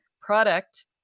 product